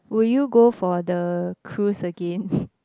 will you go for the cruise again